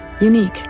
unique